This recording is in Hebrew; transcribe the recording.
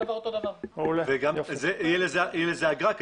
תהיה לזה אגרה.